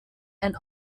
and